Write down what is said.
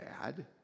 bad